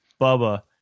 Bubba